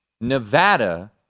Nevada